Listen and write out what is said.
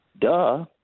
Duh